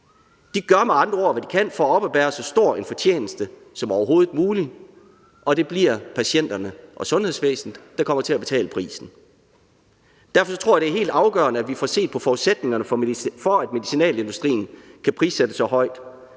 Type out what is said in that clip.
De gør med andre ord, hvad de kan for at oppebære så stor en fortjeneste som overhovedet muligt, og det bliver patienterne og sundhedsvæsenet, der kommer til at betale prisen. Derfor tror jeg, det er helt afgørende, at vi får set på forudsætningerne for, at medicinalindustrien kan prissætte så højt.